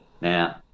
Now